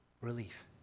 relief